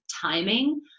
timing